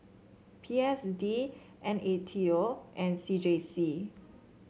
P S D N A T O and C J C